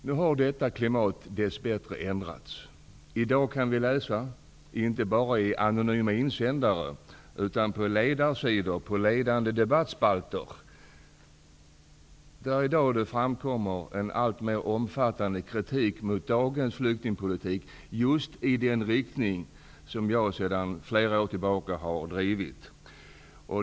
Nu har detta klimat dess bättre ändrats. I dag kan vi, inte bara i anonyma insändare utan på ledarsidor och i ledande debattspalter, läsa en alltmer omfattande kritik mot dagens flyktingpolitik, en kritik av just det slag som jag i flera år har drivit.